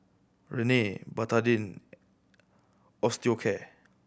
Rene Betadine Osteocare